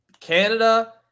Canada